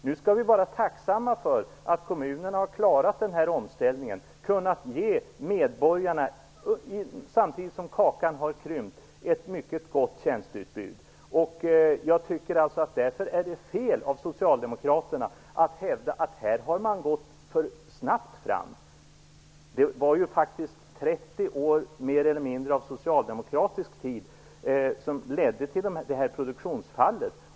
Nu skall vi vara tacksamma för att kommunerna har klarat den här omställningen och har kunnat ge medborgarna ett mycket gott tjänsteutbud, samtidigt som kakan har krympt. Därför är det fel av Socialdemokraterna att hävda att vi har gått för snabbt fram. Det var ju faktiskt mer eller mindre 30 år av socialdemokratisk tid som ledde till produktionsfallet.